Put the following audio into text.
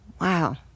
Wow